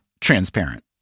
transparent